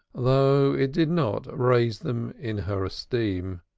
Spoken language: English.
though it did not raise them in her esteem.